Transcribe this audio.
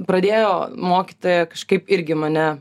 pradėjo mokytoja kažkaip irgi mane